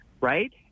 right